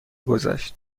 گذشت